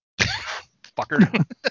Fucker